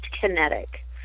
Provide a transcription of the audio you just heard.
kinetic